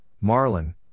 marlin